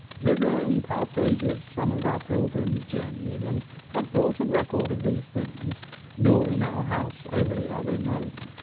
thither in past ages some of our pilgrims journeyed, and have brought a record of these things nor in our house only are they known,